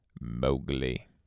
Mowgli